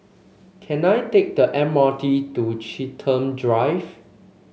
can I take the M R T to Chiltern Drive